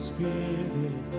Spirit